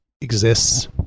exists